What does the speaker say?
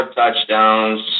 touchdowns